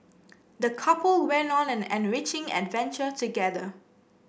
the couple went on an enriching adventure together